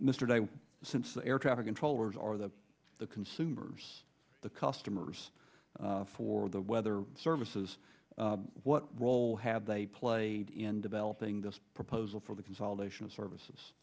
mr day since air traffic controllers are the the consumers the customers for the weather services what role have they played in developing this proposal for the consolidation of services